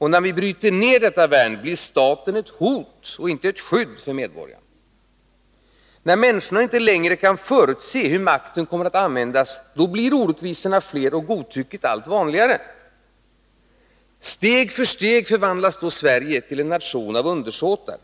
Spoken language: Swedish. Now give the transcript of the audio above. När detta värn bryts ner blir staten ett hot och inte ett skydd för medborgaren. När människorna inte längre kan förutse hur makten kommer att användas blir orättvisorna fler och godtycket allt vanligare. Steg för steg förvandlas då Sverige till en nation av undersåtar.